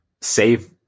save